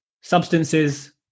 substances